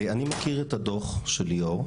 אני מכיר את הדו"ח של ליאור,